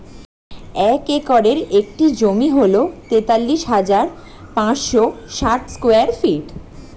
এক একরের একটি জমি হল তেতাল্লিশ হাজার পাঁচশ ষাট স্কয়ার ফিট